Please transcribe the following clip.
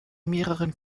mehreren